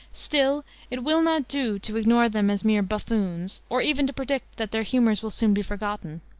still it will not do to ignore them as mere buffoons, or even to predict that their humors will soon be forgotten.